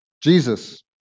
Jesus